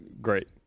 great